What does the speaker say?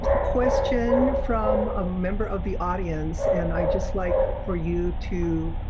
question from a member of the audience, and i just like for you to